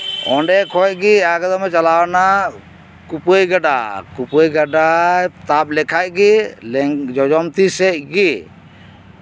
ᱚᱸᱰᱮ ᱠᱷᱚᱱ ᱜᱮ ᱮᱠᱫᱚᱢ ᱮ ᱪᱟᱞᱟᱣ ᱮᱱᱟ ᱠᱩᱯᱟᱹᱭ ᱜᱟᱰᱟ ᱠᱩᱯᱟᱹᱭ ᱜᱟᱰᱟᱭ ᱛᱟᱵ ᱞᱮᱠᱷᱟᱱ ᱜᱮ ᱞᱮᱸ ᱡᱚᱡᱚᱢ ᱛᱤ ᱥᱮᱫ ᱜᱮ